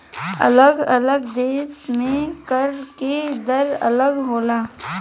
अलग अलग देश में कर के दर अलग होला